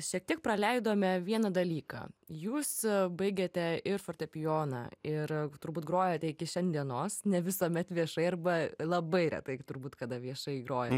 šiek tiek praleidome vieną dalyką jūs baigėte ir fortepijoną ir turbūt grojate iki šiandienos ne visuomet viešai arba labai retai turbūt kada viešai grojat